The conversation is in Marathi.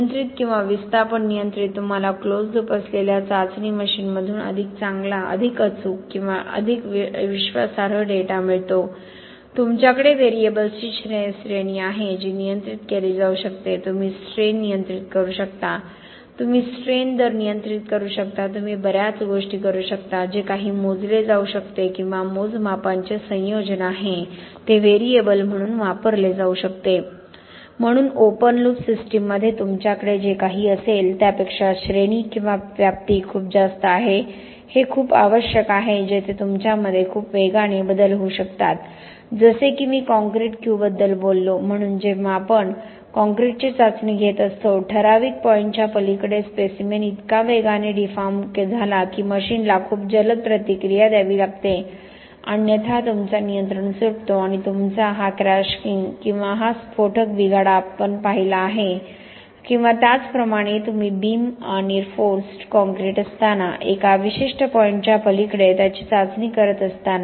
नियंत्रित किंवा विस्थापन नियंत्रित तुम्हाला क्लोज लूप असलेल्या चाचणी मशीनमधून अधिक चांगला अधिक अचूक अधिक विश्वासार्ह डेटा मिळतो तुमच्याकडे व्हेरिएबल्सची श्रेणी आहे जी नियंत्रित केली जाऊ शकते तुम्ही स्ट्रेन नियंत्रित करू शकता तुम्ही स्ट्रेन दर नियंत्रित करू शकता तुम्ही बर्याच गोष्टी करू शकता जे काही मोजले जाऊ शकते किंवा मोजमापांचे संयोजन आहे ते व्हेरिएबल म्हणून वापरले जाऊ शकते म्हणून ओपन लूप सिस्टीममध्ये तुमच्याकडे जे काही असेल त्यापेक्षा श्रेणी किंवा व्याप्ती खूप जास्त आहे हे खूप आवश्यक आहेत जेथे तुमच्यामध्ये खूप वेगाने बदल होऊ शकतात जसे की मी कॉंक्रिट क्यूबबद्दल बोललो म्हणून जेव्हा आपण कॉंक्रिटची चाचणी घेत असतो ठराविक पॉईंटच्या पलीकडे स्पेसिमेन इतका वेगाने डिफॉर्म झाला की मशीनला खूप जलद प्रतिक्रिया द्यावी लागते अन्यथा तुमचा नियंत्रण सुटतो आणि तुमचा हा क्रशिंग किंवा हा स्फोटक बिघाड आम्ही पाहिला आहे किंवा त्याचप्रमाणे तुम्ही बीम अनरिफोर्स्ड कॉंक्रिट असताना एका विशिष्ट पॉईंटच्या पलीकडे त्याची चाचणी करत असताना